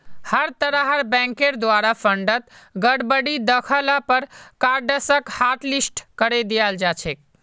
हर तरहर बैंकेर द्वारे फंडत गडबडी दख ल पर कार्डसक हाटलिस्ट करे दियाल जा छेक